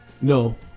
No